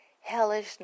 hellish